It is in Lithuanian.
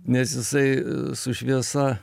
nes jisai su šviesa